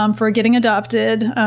um for getting adopted.